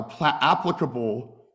applicable